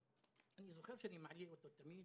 ואני זוכר שאני מעלה אותו תמיד,